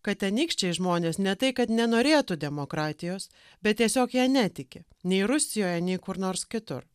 kad tenykščiai žmonės ne tai kad nenorėtų demokratijos bet tiesiog ja netiki nei rusijoj nei kur nors kitur